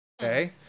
okay